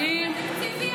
די, נו,